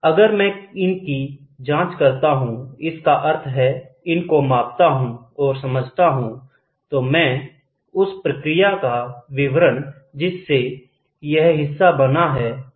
अगर मैं इनकी जाँच करता हूँ इसका अर्थ है इनको मापता हूँ और समझता हूँ तो मैं उस प्रक्रिया का विवरण जिससे यह हिस्सा बना है कर सकता हूँ